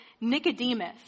Nicodemus